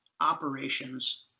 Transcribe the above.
operations